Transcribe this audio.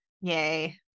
Yay